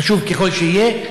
חשוב ככל שיהיה,